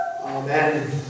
Amen